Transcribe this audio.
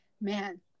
man